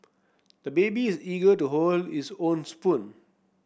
the baby is eager to hold his own spoon